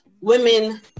women